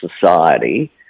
society